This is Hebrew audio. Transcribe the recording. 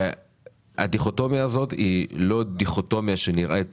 הדיכוטומיה הזאת היא לא דיכוטומיה שנראית